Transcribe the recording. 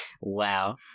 Wow